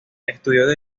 estudió